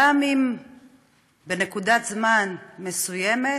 גם אם בנקודת זמן מסוימת